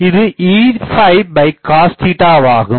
இது Ecos ஆகும்